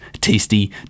tasty